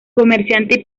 comerciante